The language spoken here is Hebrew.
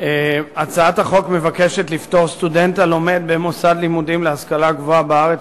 הצעת החוק מבקשת לפטור סטודנט הלומד במוסד לימודים להשכלה גבוהה בארץ